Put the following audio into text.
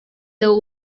their